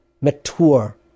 mature